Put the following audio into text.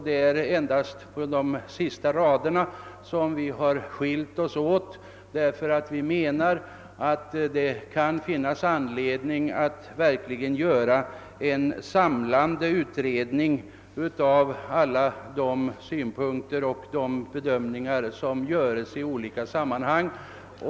Det är endast i fråga om de sista raderna som vi har skiljt oss åt. Reservanterna anser att det kan finnas anledning att verkligen företa en samlande utredning av alla de bedömningar som sker i olika sammanhang.